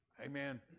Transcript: Amen